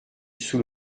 sous